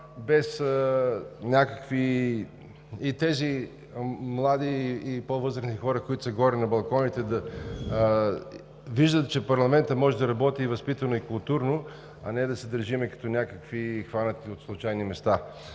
законите. Тези млади и по-възрастни хора, които са горе на балкона, да виждат, че парламентът може да работи възпитано и културно, а не да се държим като някакви хора, хванати от случайни места.